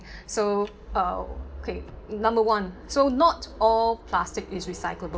so oh okay number one so not all plastic is recyclable